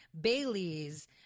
Bailey's